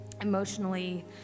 emotionally